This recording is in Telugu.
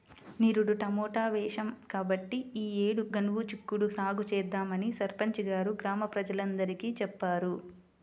నిరుడు టమాటా వేశాం కాబట్టి ఈ యేడు గనుపు చిక్కుడు సాగు చేద్దామని సర్పంచి గారు గ్రామ ప్రజలందరికీ చెప్పారు